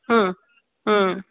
ହଁ ହଁ